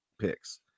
picks